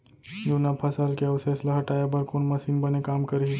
जुन्ना फसल के अवशेष ला हटाए बर कोन मशीन बने काम करही?